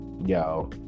Yo